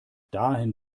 dahin